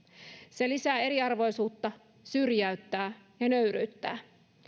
se lisää eriarvoisuutta syrjäyttää ja nöyryyttää